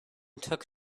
took